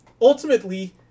ultimately